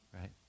right